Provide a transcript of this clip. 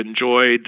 enjoyed